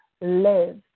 live